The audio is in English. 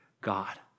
God